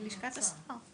בלשכת השר.